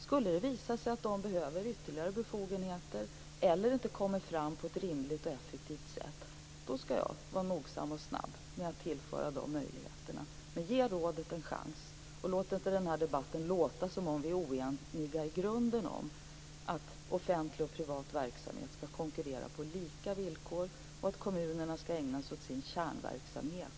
Skulle det visa sig att man behöver ytterligare befogenheter eller inte kommer fram på ett rimligt och effektivt sätt skall jag vara noggrann och snabb med att tillföra de möjligheterna. Ge rådet en chans, och låt inte den här debatten låta som om vi är oeniga i grunden om att offentlig och privat verksamhet skall konkurrera på lika villkor och om att kommunerna skall ägna sig åt sin kärnverksamhet.